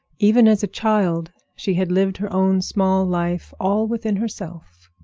even as a child she had lived her own small life all within herself.